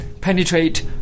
penetrate